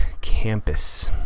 campus